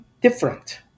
different